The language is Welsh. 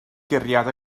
guriad